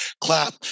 clap